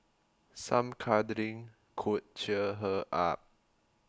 some cuddling could cheer her up